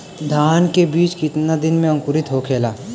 धान के बिज कितना दिन में अंकुरित होखेला?